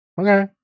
Okay